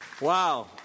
wow